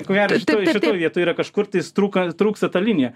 ko gero šitoj šitoj vietoj yra kažkur tais trūka trūksta ta linija